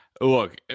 look